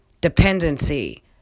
dependency